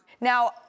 Now